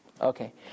Okay